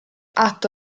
atto